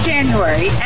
January